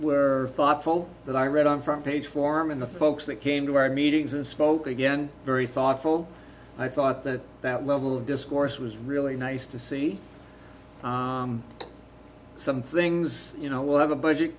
were thoughtful that i read on front page form and the folks that came to our meetings and spoke again very thoughtful i thought that that level of discourse was really nice to see some things you know we'll have a budget